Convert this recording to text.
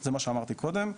זה מה שאמרתי קודם,